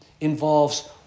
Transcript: involves